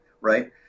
right